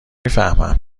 میفهمم